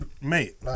mate